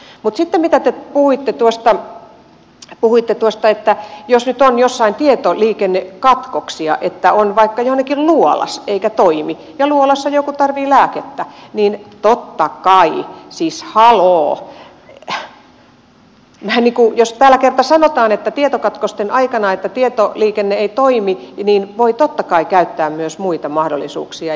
mutta sitten mitä te puhuitte tuosta että jos nyt on jossain tietoliikennekatkoksia että on vaikka jossain luolassa eikä toimi ja luolassa joku tarvitsee lääkettä niin totta kai siis haloo jos täällä kerta sanotaan että tietokatkosten aikana kun tietoliikenne ei toimi voi totta kai käyttää myös muita mahdollisuuksia